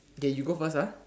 K you go first ah